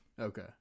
Okay